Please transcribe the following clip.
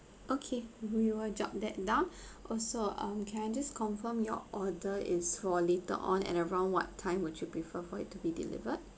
okay we would jot that down also um can I just confirm your order is for later on and around what time would you prefer for it to be delivered